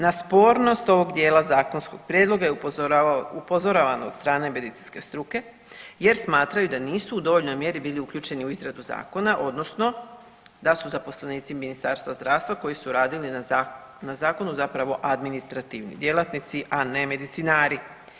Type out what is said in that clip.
Na spornost ovog zakonskog prijedloga je upozoravano od strane medicinske struke, jer smatraju da nisu u dovoljnoj mjeri bili uključeni u izradu zakona, odnosno da su zaposlenici Ministarstva zdravstva koji su radili na zakonu zapravo administrativni djelatnici, a ne medicinari.